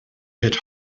hit